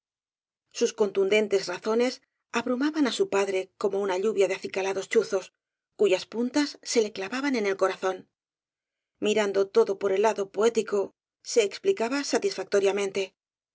sus contundentes razones abrumaban á su padre como una lluvia de acicalados chuzos cuyas puntas se le clavaban en el corazón mirando todo por el lado poético se explicaba satisfactoriamente